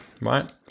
right